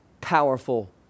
powerful